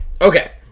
Okay